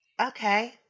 Okay